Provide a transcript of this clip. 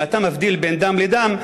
אם אתה מבדיל בין דם לדם,